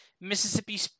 Mississippi